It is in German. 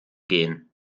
gehen